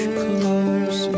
close